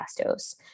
Castos